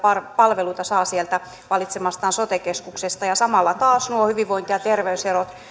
palveluita saa sieltä valitsemastaan sote keskuksesta samalla taas nuo hyvinvointi ja ja terveyserot